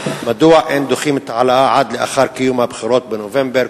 2. מדוע אין דוחים את ההעלאה עד לאחר קיום הבחירות בנובמבר,